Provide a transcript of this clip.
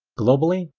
globally,